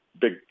big